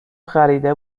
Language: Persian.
خریده